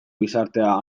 gizartea